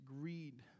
greed